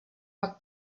pak